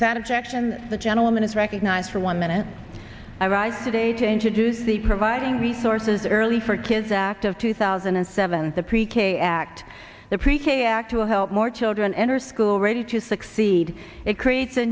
objection the gentleman is recognized for one minute i write today to introduce the providing resources early for kids act of two thousand and seven the pre k act the pre k act will help more children enter school ready to succeed it creates a